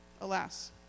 alas